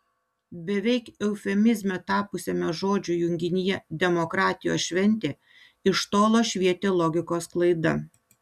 beveik eufemizme tapusiame žodžių junginyje demokratijos šventė iš tolo švietė logikos klaida